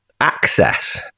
Access